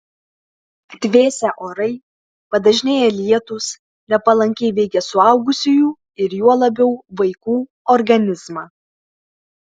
atvėsę orai padažnėję lietūs nepalankiai veikia suaugusiųjų ir juo labiau vaikų organizmą